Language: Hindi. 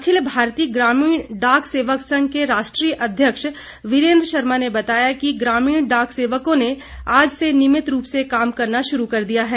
अखिल भारतीय ग्रामीण डाक सेवक संघ के राष्ट्रीय अध्यक्ष विरेंद्र शर्मा ने बताया कि ग्रामीण डाकसेवकों ने आज से नियमित रूप से काम करना शुरू कर दिया है